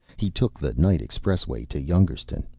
he took the night expressway to youngerstun.